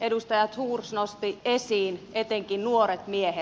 edustaja thors nosti esiin etenkin nuoret miehet